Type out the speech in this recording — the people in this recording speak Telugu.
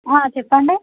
చెప్పండి